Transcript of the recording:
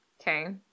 Okay